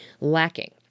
lacking